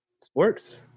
Sports